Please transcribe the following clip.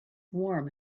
warm